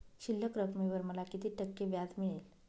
शिल्लक रकमेवर मला किती टक्के व्याज मिळेल?